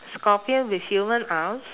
scorpion with human arms